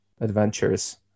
adventures